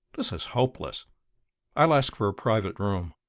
this is hopeless i'll ask for a private room,